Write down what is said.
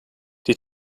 die